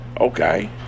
okay